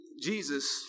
Jesus